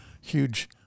huge